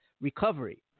recovery